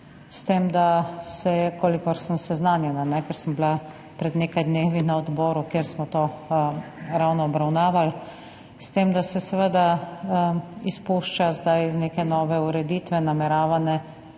s tem, da se – kolikor sem seznanjena, ker sem bila pred nekaj dnevi na odboru, kjer smo to ravno obravnavali – seveda izpušča zdaj iz neke nove, nameravane